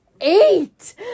eight